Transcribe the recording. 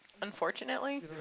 Unfortunately